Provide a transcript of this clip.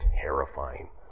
terrifying